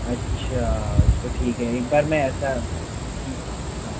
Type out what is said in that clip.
अच्छा तो ठीक है एक बार मैं ऐसा हाँ